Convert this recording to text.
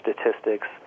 statistics